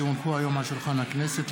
כי הונחו היום על שולחן הכנסת,